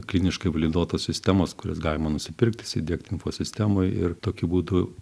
kliniškai validuotas sistemos kurias galima nusipirkt įsidiegt info sistemoje ir tokiu būdu